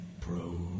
Pro